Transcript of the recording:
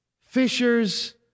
fishers